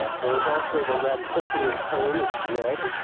ah there is also the radcliffian tone of dread,